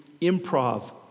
improv